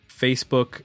facebook